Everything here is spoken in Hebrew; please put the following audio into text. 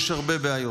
יש הרבה בעיות.